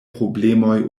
problemoj